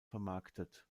vermarktet